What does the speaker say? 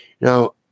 Now